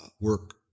work